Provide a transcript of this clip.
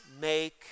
make